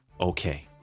Okay